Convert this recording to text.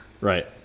Right